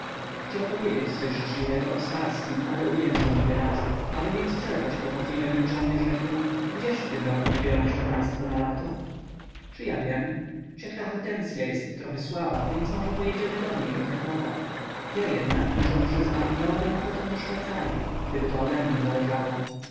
chciał powiedzieć coś życzliwego o starskim ale uwięzły mu wyrazy aby więc przerwać kłopotliwe milczenie rzekł gdzież w tym roku wybiorą się państwo na lato czy ja wiem ciotka hortensya jest trochę słaba więc może pojedziemy do niej do krakowa ja jednak muszę przyznać miałabym ochotę do szwajcaryi gdyby to odemnie zależało